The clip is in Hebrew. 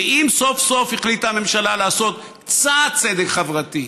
ואם סוף-סוף החליטה הממשלה לעשות קצת צדק חברתי,